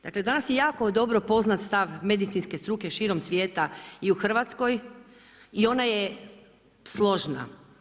Dakle danas je jako dobro poznat stav medicinske struke širom svijeta i u Hrvatskoj i ona je složna.